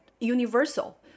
universal